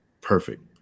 perfect